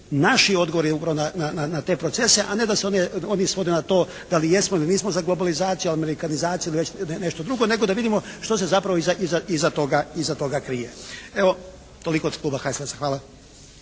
naši odgovori upravo na te procese? A ne da se oni svode na to da li jesmo ili nismo za globalizaciju, amerikanizaciju ili već nešto drugo, nego da vidimo što se iza toga krije. Evo, toliko od kluba HSLS-a. Hvala.